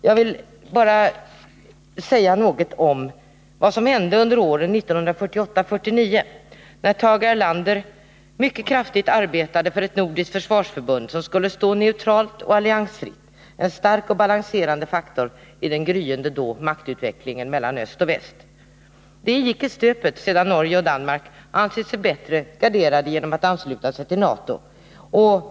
Jag vill bara säga något om vad som hände under åren 1948-1949, då Tage Erlander mycket kraftigt arbetade för ett nordiskt försvarsförbund, som skulle stå neutralt och alliansfritt såsom en stark och balanserande faktor i den då gryende maktutvecklingen mellan öst och väst. Det gick i stöpet, sedan Norge och Danmark ansett sig bättre garderade genom att ansluta sig till NATO.